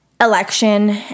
election